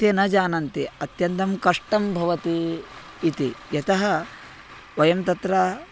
ते न जानन्ति अत्यन्तं कष्टं भवति इति यतः वयं तत्र